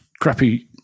crappy